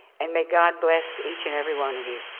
and may god bless each and everyone of you.